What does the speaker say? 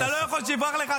אתה לא יכול שיברח לך השם שלו.